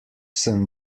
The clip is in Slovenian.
sem